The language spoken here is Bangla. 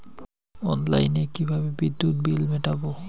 অনলাইনে কিভাবে বিদ্যুৎ বিল মেটাবো?